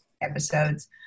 episodes